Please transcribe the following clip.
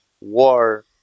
war